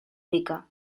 rica